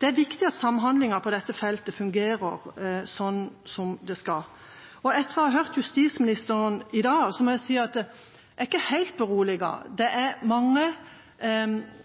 Det er viktig at samhandlingen på dette feltet fungerer som det skal. Etter å ha hørt justisministeren i dag må jeg si at jeg er ikke helt beroliget. Det